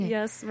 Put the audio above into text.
Yes